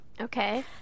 Okay